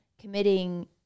committing